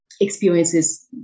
experiences